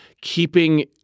keeping